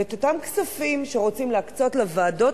ואת אותם כספים שרוצים להקצות לוועדות